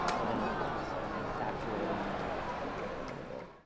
and then it's it's just saturating the the color a little bit.